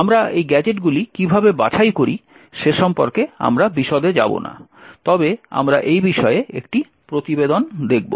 আমরা এই গ্যাজেটগুলি কীভাবে বাছাই করছি সে সম্পর্কে আমরা বিশদে যাব না তবে আমরা এই বিষয়ে একটি প্রতিবেদন দেখব